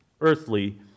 earthly